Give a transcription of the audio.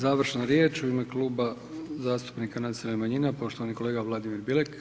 Završna riječ u ime Kluba zastupnika nacionalnih manjina, poštovani kolega Vladimir Bilek.